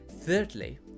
Thirdly